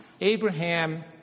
Abraham